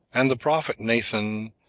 and the prophet nathan,